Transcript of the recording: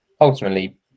ultimately